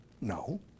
No